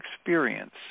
experience